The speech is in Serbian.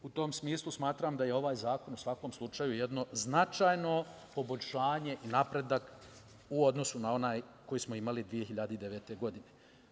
U tom smislu, smatram da je ovaj zakon u svakom slučaju jedno značajno poboljšanje i napredak u odnosu na onaj koji smo imali 2009. godine.